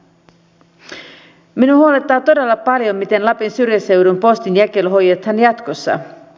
minua huolettaa todella paljon miten lapin syrjäseudun postinjakelu hoidetaan jatkossa